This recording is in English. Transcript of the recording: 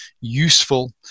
useful